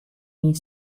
myn